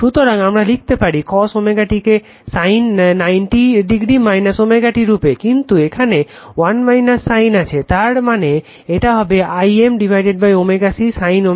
সুতরাং আমরা লিখতে পারি cos ω t কে sin 90° ω t রূপে কিন্তু এখানে 1 - sin আছে তার মানে এটা হবে I m ω C sin ω t 90°